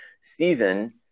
season